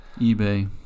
eBay